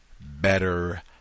better